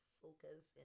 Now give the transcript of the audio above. focus